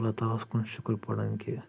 اللہ تعالس کُن شُکر پران کہِ